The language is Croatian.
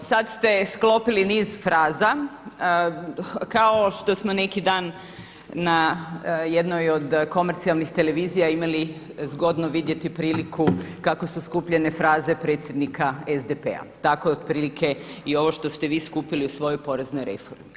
No dobro, sada ste sklopili niz fraza, kao što smo neki dan na jednoj od komercijalnih televizija imali zgodno vidjeti priliku kako su skupljene fraze predsjednika SDP-a, tako je otprilike i ovo što ste vi skupili u svojoj poreznoj reformi.